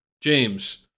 James